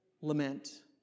lament